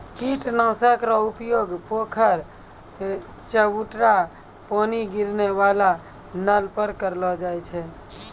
कीट नाशक रो उपयोग पोखर, चवुटरा पानी गिरै वाला नल पर करलो जाय छै